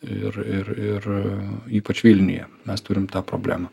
ir ir ir ypač vilniuje mes turim tą problemą